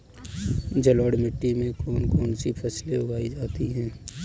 जलोढ़ मिट्टी में कौन कौन सी फसलें उगाई जाती हैं?